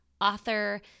author